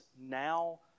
now